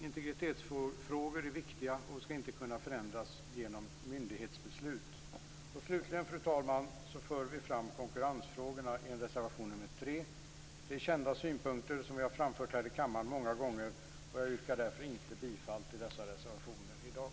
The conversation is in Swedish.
Integritetsfrågor är viktiga och skall inte kunna förändras genom myndighetsbeslut. Slutligen, fru talman, för vi fram konkurrensfrågorna i reservation nr 3. Det är kända synpunkter som vi framfört här i kammaren många gånger, och jag yrkar inte bifall till dessa reservationer i dag.